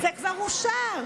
זה כבר אושר.